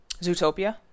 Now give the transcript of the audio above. Zootopia